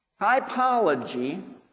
Typology